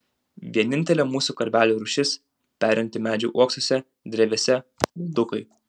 vienintelė mūsų karvelių rūšis perinti medžių uoksuose drevėse uldukai